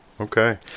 Okay